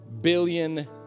billion